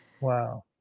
Wow